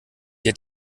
hat